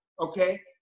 okay